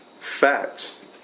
Facts